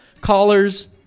Callers